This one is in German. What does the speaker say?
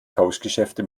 tauschgeschäfte